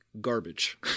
garbage